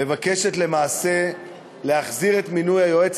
מבקשת למעשה להחזיר את מינוי היועץ